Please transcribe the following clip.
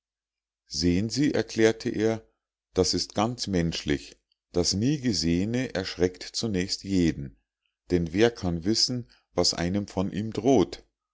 sehen sie erklärte er das ist ganz menschlich das niegesehene erschreckt zunächst jeden denn wer kann wissen was einem von ihm droht